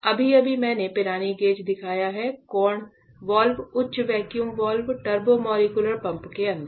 अभी अभी मैंने पिरानी गेज दिखाया है कोण वाल्व उच्च वैक्यूम वाल्व टर्बोमॉलिक्यूलर पंप के अंदर